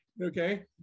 Okay